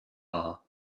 bar